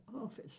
office